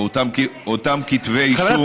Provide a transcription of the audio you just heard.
ואותם כתבי אישום,